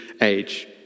age